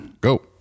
Go